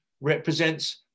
represents